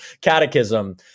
catechism